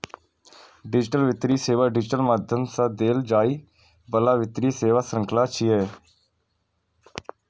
digital वित्तीय सेवा digital माध्यम सं देल जाइ बला वित्तीय सेवाक शृंखला छियै